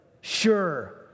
sure